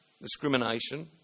discrimination